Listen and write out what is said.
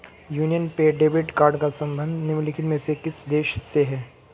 Union Pay debit card का संबंध निम्नलिखित में से किस देश से है?